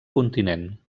continent